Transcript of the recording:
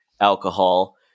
alcohol